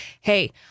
hey